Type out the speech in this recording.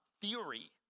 theory